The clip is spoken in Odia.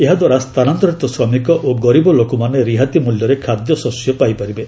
ଏହା ଦ୍ୱାରା ସ୍ଥାନାନ୍ତରିତ ଶ୍ରମିକ ଓ ଗରିବ ଲୋକମାନେ ରିହାତି ମୂଲ୍ୟରେ ଖାଦ୍ୟଶସ୍ୟ ପାଇପାରିବେ